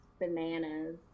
bananas